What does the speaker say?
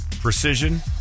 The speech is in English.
Precision